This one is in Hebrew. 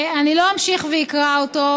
אני לא אמשיך ואקרא אותו,